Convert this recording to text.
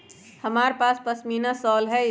हमरा पास पशमीना शॉल हई